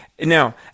Now